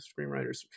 screenwriters